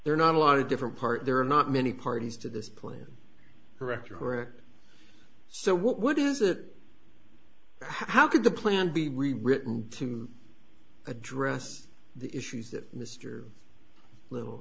are not a lot of different parts there are not many parties to this plan correct or correct so what is it how could the plan be written to address the issues that mr little